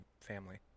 family